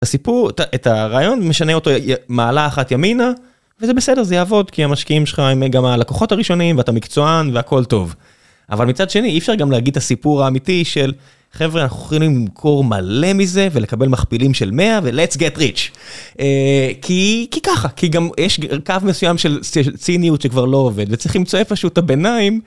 הסיפור את הרעיון משנה אותו מעלה אחת ימינה וזה בסדר זה יעבוד כי המשקיעים שלך הם גם הלקוחות הראשונים ואתה מקצוען והכל טוב. אבל מצד שני אי אפשר גם להגיד את הסיפור האמיתי של חברה אנחנו יכולים למכור מלא מזה ולקבל מכפילים של 100 ולאסט גט ריצ' כי ככה כי גם יש קו מסוים של ציניות שכבר לא עובד וצריך למצוא איפה שהוא את הביניים.